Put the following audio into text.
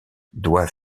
doit